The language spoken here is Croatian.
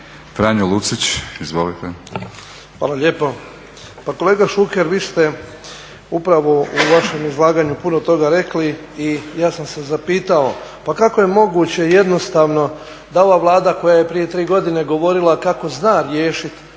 Franjo (HDZ)** Hvala lijepo. Pa kolega Šuker, vi ste upravo u vašem izlaganju puno toga rekli i ja sam se zapitao pa kako je moguće jednostavno da ova Vlada koja je prije tri godine govorila kako zna riješiti